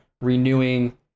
renewing